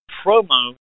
promo